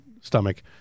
stomach